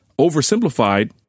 Oversimplified